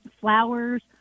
flowers